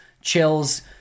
chills